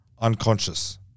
unconscious